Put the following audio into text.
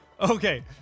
Okay